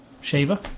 shaver